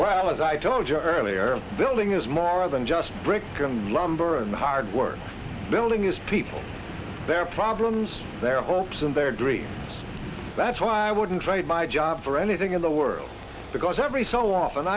well as i told you earlier building is more than just bricks from lumber and hard work building is people their problems their hopes and their dreams that's why i wouldn't trade my job for anything in the world because every so often